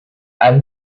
and